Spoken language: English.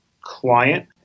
client